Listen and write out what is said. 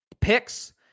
Picks